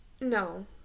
No